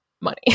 money